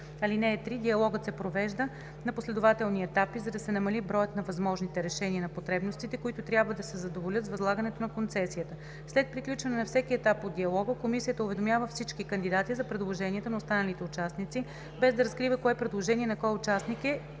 (3) Диалогът се провежда на последователни етапи, за да се намали броят на възможните решения на потребностите, които трябва да се задоволят с възлагането на концесията. След приключване на всеки етап от диалога комисията уведомява всички кандидати за предложенията на останалите участници, без да разкрива кое предложение на кой участник е